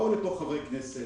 באו חברי כנסת,